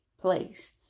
place